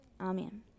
Amen